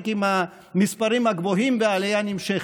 עם המספרים הגבוהים ו"העלייה הנמשכת".